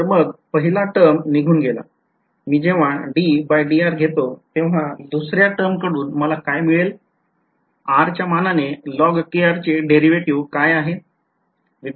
तर मग पाहीला टर्म निघून गेला मी जेव्हा ddr घेतो तेव्हा दुसऱ्या टर्मकडून मला काय मिळेल r च्या मानाने log चे derivative काय आहे